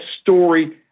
story